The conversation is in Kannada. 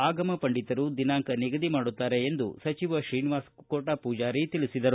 ಆಗಮ ಪಂಡಿತರು ದಿನಾಂಕ ನಿಗದಿ ಮಾಡುತ್ತಾರೆ ಎಂದು ಸಚಿವ ಶ್ರೀನಿವಾಸ ಕೋಟ ಪೂಜಾರಿ ಹೇಳಿದರು